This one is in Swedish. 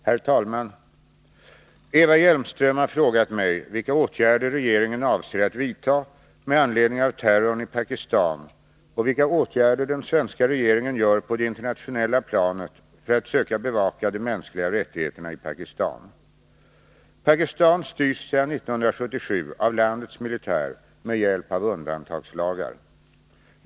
Herr talman! Eva Hjelmström har frågat mig vilka åtgärder regeringen avser att vidta med anledning av terrorn i Pakistan och vilka åtgärder den svenska regeringen gör på det internationella planet för att söka bevaka de mänskliga rättigheterna i Pakistan. Pakistan styrs sedan 1977 av landets militär med hjälp av undantagslagar.